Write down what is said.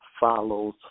follows